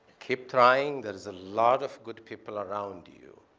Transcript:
keep trying. there's a lot of good people around you.